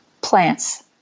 plants